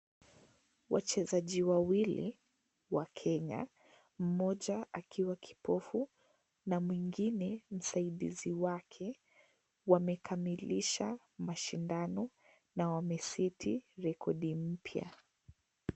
Wachezaji wawili wa Kenya. Mmoja akiwa kipofu na mwingine msaidizi wake. Wamwkamilisha mashindano na wameseti rekodi mpya.